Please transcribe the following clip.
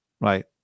Right